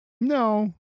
No